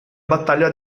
battaglia